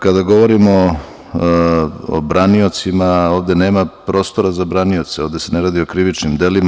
Kada govorimo o braniocima, ovde nema prostora za branioce, ovde se ne radi o krivičnim delima.